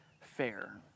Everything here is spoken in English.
fair